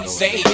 say